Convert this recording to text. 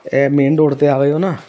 ਇਹ main road 'ਤੇ ਆ ਗਏ ਹੋ ਨਾ